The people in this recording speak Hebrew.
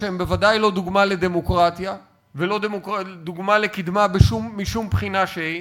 שהן בוודאי לא דוגמה לדמוקרטיה ולא דוגמה לקדמה משום בחינה שהיא,